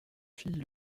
fille